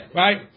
right